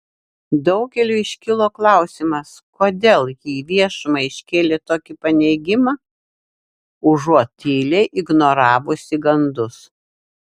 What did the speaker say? daugeliui iškilo klausimas kodėl ji į viešumą iškėlė tokį paneigimą užuot tyliai ignoravusi gandus